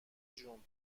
جون